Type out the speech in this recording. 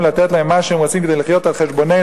לתת להם מה שהם רוצים כדי לחיות על חשבוננו",